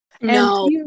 No